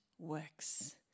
works